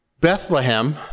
Bethlehem